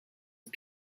phd